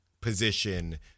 position